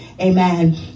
Amen